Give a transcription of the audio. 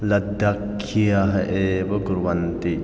लद्दाक्खीयाः एव कुर्वन्ति